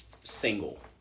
single